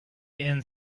end